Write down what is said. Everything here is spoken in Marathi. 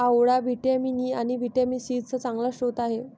आवळा व्हिटॅमिन ई आणि व्हिटॅमिन सी चा चांगला स्रोत आहे